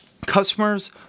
Customers